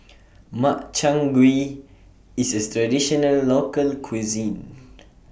Makchang Gui IS A Traditional Local Cuisine